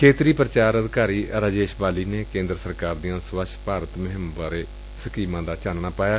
ਖੇਤਰੀ ਪੂਚਾਰ ਅਧਿਕਾਰੀ ਰਾਜੇਸ਼ ਬਾਲੀ ਨੇ ਕੇਂਦਰ ਸਰਕਾਰ ਦੀ ਸਵੱਛ ਭਾਰਤ ਮੁਹਿੰਮ ਬਾਰੇ ਚਾਨਣਾ ਪਾਇਆ